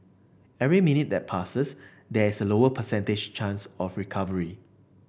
every minute that passes there is a lower percentage chance of recovery